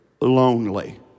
lonely